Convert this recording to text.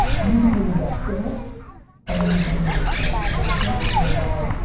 you need to be in the yes business and you need to be in the long term business and right now,